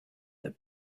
that